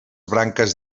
branques